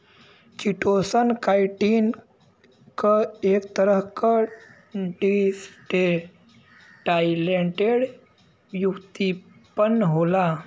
chitosan, chitin क एक तरह क डीएसेटाइलेटेड व्युत्पन्न होला